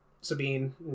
Sabine